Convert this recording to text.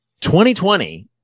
2020